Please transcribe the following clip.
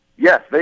Yes